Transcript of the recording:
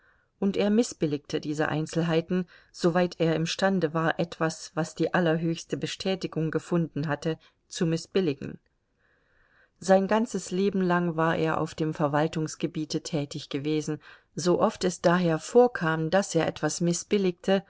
und er mißbilligte diese einzelheiten soweit er imstande war etwas was die allerhöchste bestätigung gefunden hatte zu mißbilligen sein ganzes leben lang war er auf dem verwaltungsgebiete tätig gewesen so oft es daher vorkam daß er etwas mißbilligte